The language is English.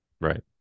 right